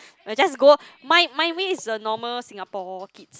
I just go my my way is the normal Singapore kids